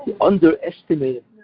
underestimated